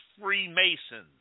Freemasons